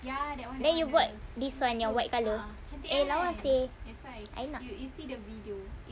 then you bought this [one] yang white colour eh lawa seh I nak